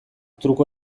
truko